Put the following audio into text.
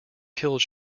killed